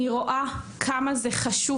אני רואה כמה זה חשוב,